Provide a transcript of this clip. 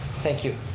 thank you.